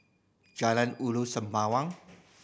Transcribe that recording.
Jalan Ulu Sembawang